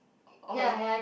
oh is it